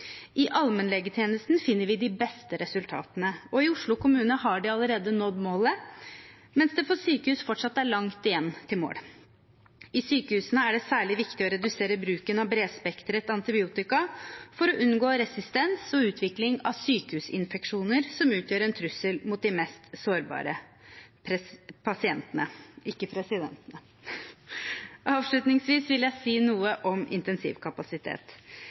I allmennlegetjenesten finner vi de beste resultatene, og i Oslo kommune har de allerede nådd målet, mens det for sykehus fortsatt er langt igjen til målet. I sykehusene er det særlig viktig å redusere bruken av bredspektret antibiotika for å unngå resistens og utvikling av sykehusinfeksjoner, som utgjør en trussel mot de mest sårbare pasientene. Avslutningsvis vil jeg si noe om intensivkapasitet.